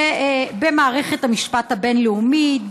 במערכת המשפט הבין-לאומית,